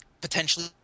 potentially